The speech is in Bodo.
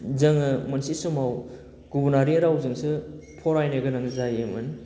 जोङो मोनसे समाव गुबुनारि रावजोंसो फरायनो गोनां जायोमोन